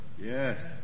Yes